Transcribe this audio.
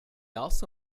also